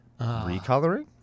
Recoloring